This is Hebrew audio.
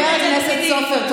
הכנסת סופר,